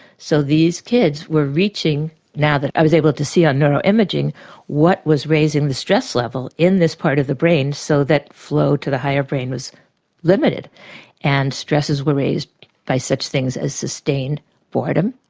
so these kids were reaching now that i was able to see on neuro imaging what was raising the stress level in this part of the brain, so that flow to the higher brain was limited and stresses were raised by such things as sustained boredom,